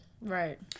Right